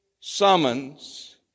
summons